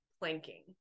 planking